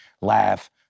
laugh